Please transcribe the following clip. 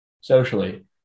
socially